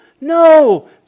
No